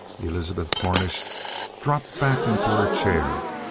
elizabeth cornish dropped back into her chair,